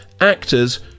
actors